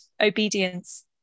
obedience